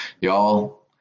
Y'all